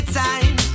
time